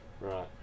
right